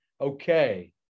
Okay